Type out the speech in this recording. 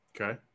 Okay